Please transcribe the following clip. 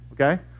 okay